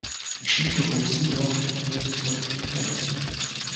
išliko gausi jono sobieskio korespondencija